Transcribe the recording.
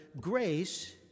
grace